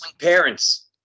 Parents